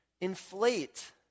inflate